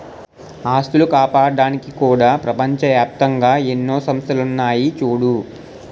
ఆస్తులు కాపాడ్డానికి కూడా ప్రపంచ ఏప్తంగా ఎన్నో సంస్థలున్నాయి చూడూ